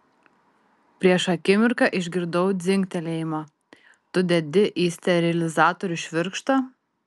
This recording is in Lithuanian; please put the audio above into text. prieš akimirką išgirdau dzingtelėjimą tu dedi į sterilizatorių švirkštą